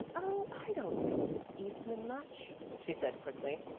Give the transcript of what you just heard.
oh, i don't know miss eastman much, she said quickly.